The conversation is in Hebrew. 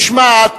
משמעת.